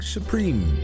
Supreme